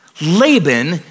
Laban